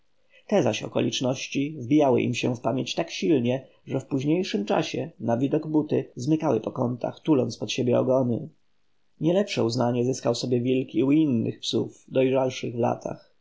zaś okoliczności wbijały im się w pamięć tak silnie że w późniejszym czasie na widok buty zmykały po kątach tuląc pod siebie ogony nie lepsze uznanie zyskał sobie wilk i u innych psów dojrzalszych w latach